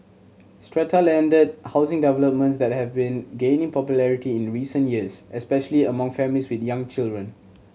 strata landed housing developments that have been gaining popularity in recent years especially among families with young children